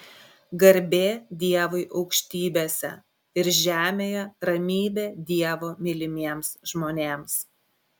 garbė dievui aukštybėse ir žemėje ramybė dievo mylimiems žmonėms